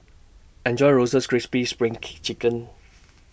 Enjoy Roasted Crispy SPRING K Chicken